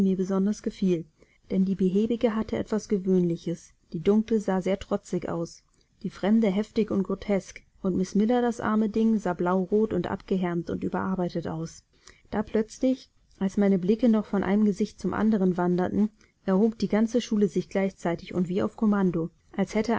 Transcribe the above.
besonders gefiel denn die behäbige hatte etwas gewöhnliches die dunkle sah sehr trotzig aus die fremde heftig und grotesk und miß miller das arme ding sah blaurot und abgehärmt und überarbeitet aus da plötzlich als meine blicke noch von einem gesicht zum anderen wanderten erhob die ganze schule sich gleichzeitig und wie auf kommando als hätte